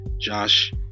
Josh